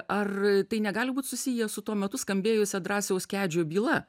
ar tai negali būt susiję su tuo metu skambėjusia drąsiaus kedžio byla